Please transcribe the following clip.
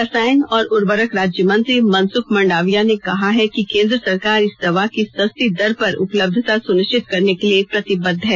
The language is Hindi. रसायन और उर्वरक राज्य मंत्री मनसुख मंडाविया ने कहा है कि केंद्र सरकार इस दवा की सस्ती दर पर उपलब्धता सुनिश्चित करने के लिए प्रतिबद्ध है